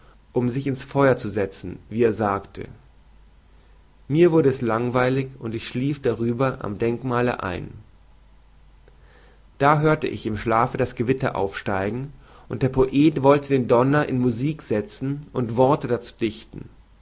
um sich in feuer zu setzen wie er sagte mir wurde es langweilig und ich schlief darüber am denkmale ein da hörte ich im schlafe das gewitter aufsteigen und der poet wollte den donner in musik sezen und worte dazu dichten